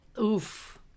Oof